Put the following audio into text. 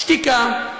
שתיקה.